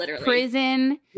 prison